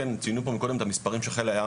כן ציינו פה קודם את המספרים שחיל הים